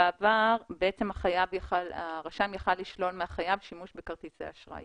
בעבר הרשם יכול היה לשלול מהחייב שימוש בכרטיסי אשראי